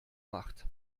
macht